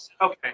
Okay